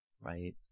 Right